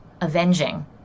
avenging